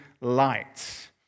light